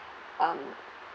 um